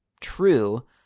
true